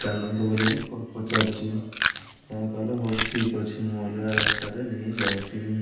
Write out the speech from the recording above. ଚାଲନ୍ତୁ ବୋଲି ପଚାରିଛି କାହିଁ କହିଲା ହଉ ଠିକ୍ ଅଛି ମୁଁ ଅଲଗା ରାସ୍ତାରେ ନେଇ ଯାଉଛି